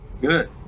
Good